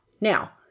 Now